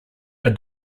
are